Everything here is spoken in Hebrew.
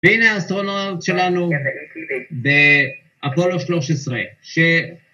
והנה האסטרונאוט שלנו באפולו 13.